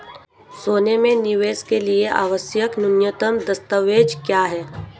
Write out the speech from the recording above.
सोने में निवेश के लिए आवश्यक न्यूनतम दस्तावेज़ क्या हैं?